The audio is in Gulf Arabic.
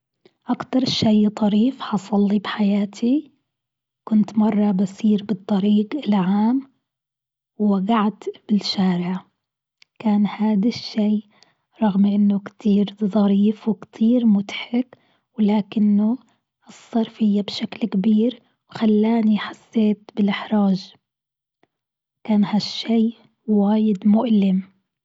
أكتر شيء طريف حصل لي بحياتي كنت مرة بسير بالطريق العام ووقعت بالشارع، كان هاذ الشيء رغم إنه كتير ظريف وكتير مضحك ولكنه أثر فيا بشكل كبير، خلاني حسيت بالإحراج، كان هالشيء واجد مؤلم.